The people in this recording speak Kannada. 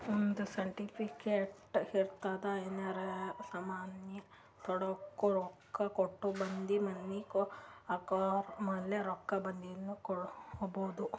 ಒಂದ್ ಸರ್ಟಿಫಿಕೇಟ್ ಇರ್ತುದ್ ಏನರೇ ಸಾಮಾನ್ ತೊಂಡುರ ರೊಕ್ಕಾ ಕೂಡ ಬದ್ಲಿ ಮನಿ ಆರ್ಡರ್ ಮ್ಯಾಲ ರೊಕ್ಕಾ ಬರ್ದಿನು ಕೊಡ್ಬೋದು